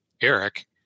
Eric